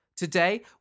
Today